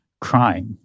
crime